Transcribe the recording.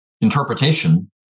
interpretation